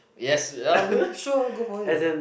yes oh okay ah sure go for it